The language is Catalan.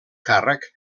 càrrec